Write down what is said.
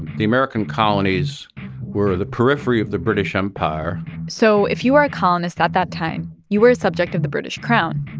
the american colonies were the periphery of the british empire so if you were a colonist at that time, you were a subject of the british crown.